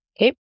okay